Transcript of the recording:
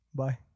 bye